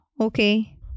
Okay